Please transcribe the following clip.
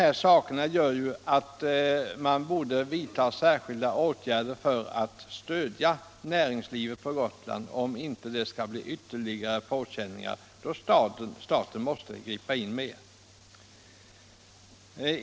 Allt detta gör ju att särskilda åtgärder borde vidtas för att stödja näringslivet på Gotland. Staten måste gripa in mer.